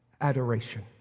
adoration